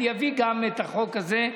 אני אביא גם את החוק הזה,